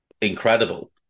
incredible